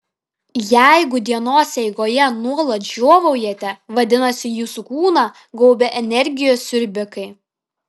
jeigu dienos eigoje nuolat žiovaujate vadinasi jūsų kūną gaubia energijos siurbikai